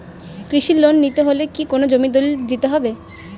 কৃষি লোন নিতে হলে কি কোনো জমির দলিল জমা দিতে হবে?